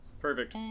Perfect